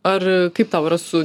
ar kaip tau yra su